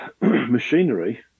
machinery